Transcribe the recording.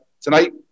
tonight